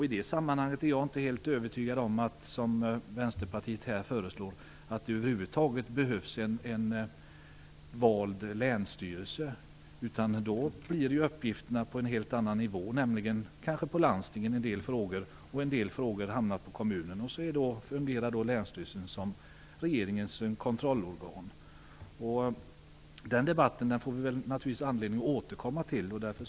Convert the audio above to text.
I det sammanhanget är jag inte helt övertygad om att det över huvud taget behövs en vald länsstyrelse, som Vänsterpartiet föreslår här. Då hamnar ju uppgifterna på en helt annan nivå. En del frågor hamnar kanske hos landstingen och en del hos kommunerna. Sedan fungerar länsstyrelsen som regeringens kontrollorgan. Vi får naturligtvis anledning att återkomma till den debatten.